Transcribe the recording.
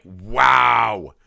wow